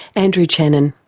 andrew channen.